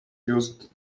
used